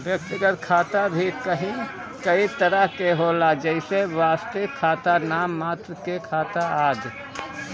व्यक्तिगत खाता भी कई तरह के होला जइसे वास्तविक खाता, नाम मात्र के खाता आदि